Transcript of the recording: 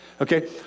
Okay